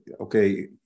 Okay